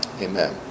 Amen